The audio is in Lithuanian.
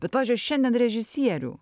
bet pavyzdžiui šiandien režisierių